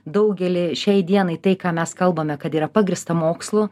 daugelį šiai dienai tai ką mes kalbame kad yra pagrįsta mokslu